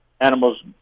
animals